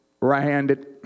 right-handed